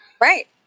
Right